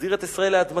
מחזיר את ישראל לאדמתם,